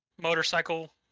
motorcycle